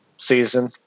season